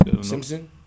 Simpson